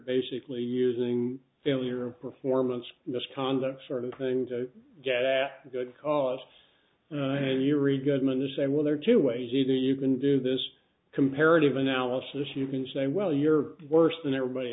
basically using failure of performance misconduct sort of thing to get after good cause you read goodman and say well there are two ways either you can do this comparative analysis you can say well you're worse than everybody